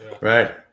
right